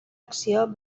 acció